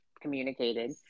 communicated